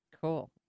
Cool